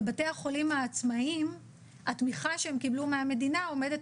בבתי החולים העצמאיים התמיכה שהם קיבלו מהמדינה עומדת